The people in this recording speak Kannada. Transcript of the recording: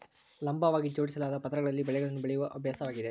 ಲಂಬವಾಗಿ ಜೋಡಿಸಲಾದ ಪದರಗಳಲ್ಲಿ ಬೆಳೆಗಳನ್ನು ಬೆಳೆಯುವ ಅಭ್ಯಾಸವಾಗಿದೆ